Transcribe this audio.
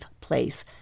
place